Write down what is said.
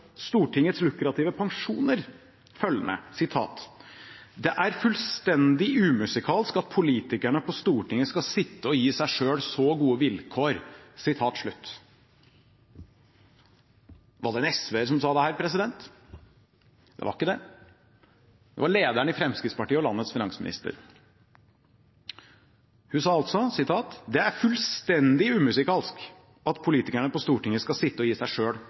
Stortingets lukrative pensjoner: «Det er fullstendig umusikalsk at politikerne på Stortinget skal sitte og gi seg selv så gode vilkår …». Var det en SV-er som sa dette? Det var ikke det. Det var lederen i Fremskrittspartiet og landets finansminister. Hun sa altså: «Det er fullstendig umusikalsk at politikerne på Stortinget skal sitte og gi seg